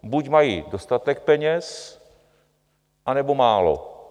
Buď mají dostatek peněz, anebo málo.